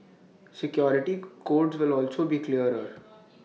security codes will also to be clearer